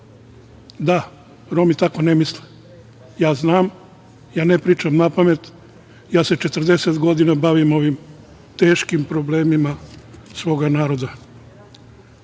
Da, Romi tako ne misle. Ja znam, ja ne pričam na pamet, 40 godina se bavim ovim teškim problemima svoga naroda. Što